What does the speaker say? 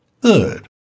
Third